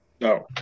no